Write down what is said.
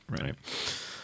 Right